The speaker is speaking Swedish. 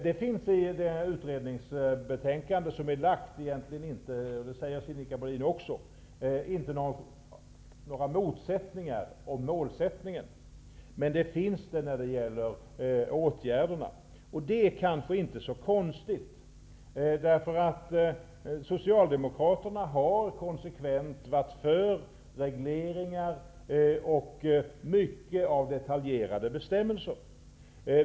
Det finns i det utredningsbetänkande som är lagt egentligen inte, och det sade också Sinikka Bohlin, några motsättningar om målen, men det finns det när det gäller åtgärderna. Det kanske inte är så konstigt, därför att Socialdemokraterna konsekvent har varit för regleringar och detaljbestämmelser.